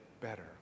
better